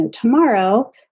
tomorrow